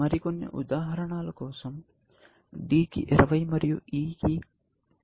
మరి కొన్ని ఉదాహరణల కోసం D కి 20 మరియు E కి 90 ఖర్చు ఉందని అనుకుందాం